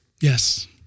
Yes